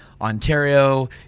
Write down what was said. Ontario